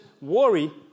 worry